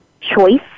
choice